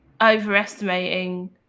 overestimating